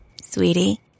Sweetie